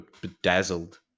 bedazzled